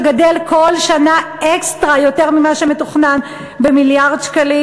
שגדל כל שנה אקסטרה יותר ממה שמתוכנן במיליארד שקלים?